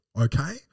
okay